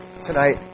tonight